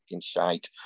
shite